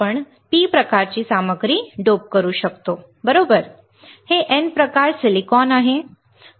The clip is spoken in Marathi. आम्ही P प्रकारची सामग्री डोप करू शकतो बरोबर हे N प्रकार सिलिकॉन आहे